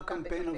של מה הקמפיין?